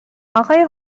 آقای